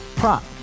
Prop